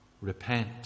Repent